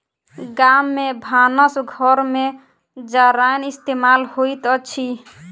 गाम में भानस घर में जारैन इस्तेमाल होइत अछि